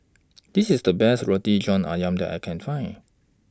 This IS The Best Roti John Ayam that I Can Find